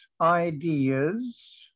ideas